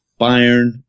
Bayern